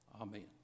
Amen